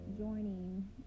joining